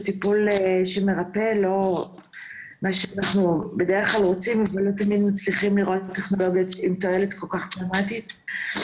אבל לא תמיד מצליחים לראות טכנולוגיות עם תועלת כל כך דרמטית.